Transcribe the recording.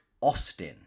austin